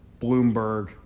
Bloomberg